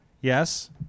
Yes